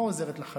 לא עוזרת לחלשים,